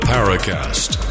Paracast